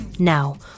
Now